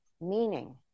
meaning